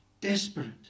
desperate